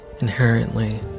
inherently